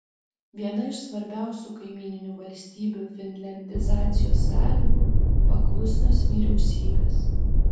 viena iš svarbiausių kaimyninių valstybių finliandizacijos sąlygų paklusnios vyriausybės